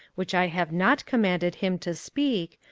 which i have not commanded him to speak,